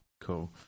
cool